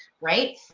right